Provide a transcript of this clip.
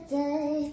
day